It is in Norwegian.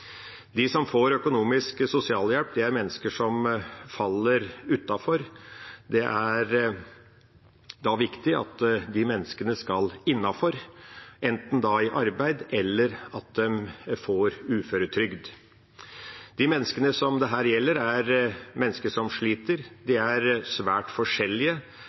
De som får økonomisk sosialhjelp, er mennesker som faller utenfor, og det er da viktig at de menneskene skal innenfor – enten i arbeid eller at de får uføretrygd. De menneskene dette gjelder, er mennesker som sliter. De er svært forskjellige,